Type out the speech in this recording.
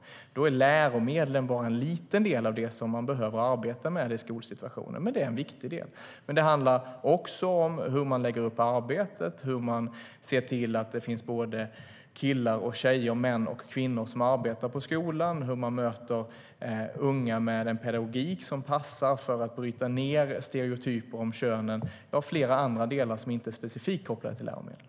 Läromedlen är bara en liten del av det som man behöver arbeta med i skolsituationen, men det är en viktig del.